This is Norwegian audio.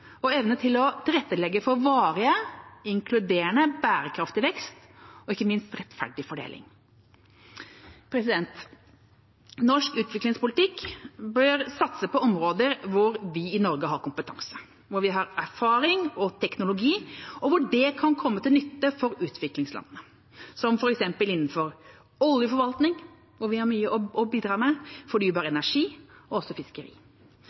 og evne til å tilrettelegge for varig, inkluderende, bærekraftig vekst og ikke minst rettferdig fordeling. Norsk utviklingspolitikk bør satse på områder der vi i Norge har kompetanse, der vi har erfaring og teknologi, og der det kan komme til nytte for utviklingslandene, f.eks. innenfor oljeforvaltning – der vi har mye å bidra med – fornybar energi og også fiskeri.